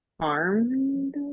harmed